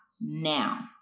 now